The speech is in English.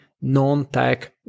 non-tech